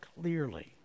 clearly